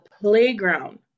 playground